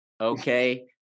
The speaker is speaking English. okay